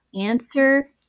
answer